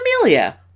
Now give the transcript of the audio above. Amelia